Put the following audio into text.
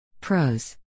Pros